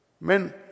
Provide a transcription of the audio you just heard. Men